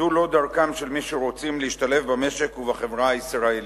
זו לא דרכם של מי שרוצים להשתלב במשק ובחברה הישראלית.